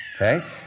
okay